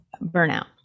burnout